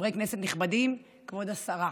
חברי כנסת נכבדים, כבוד השרה,